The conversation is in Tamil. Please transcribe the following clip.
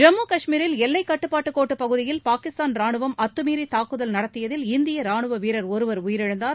ஜம்மு கஷ்மீரில் எல்லைக் கட்டுப்பாட்டுகோட்டு பகுதியில் பாகிஸ்தான் ராஹவம் அத்தமீறி தாக்குதல் நடத்தியதில் இந்திய ரானுவ வீரர் ஒருவர் உயிரிழந்தார்